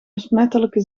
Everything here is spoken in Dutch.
besmettelijke